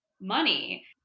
money